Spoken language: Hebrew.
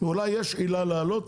אולי יש עילה לעלות,